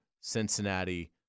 Cincinnati